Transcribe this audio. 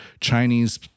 Chinese